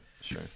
Sure